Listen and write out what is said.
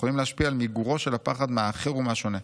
יכולים להשפיע על מיגורו של הפחד מהאחר ומהשונה?